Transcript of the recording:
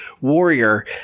warrior